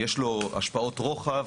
יש לו השפעות רוחב